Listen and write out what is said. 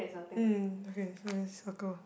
hmm okay so I just circle